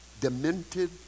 demented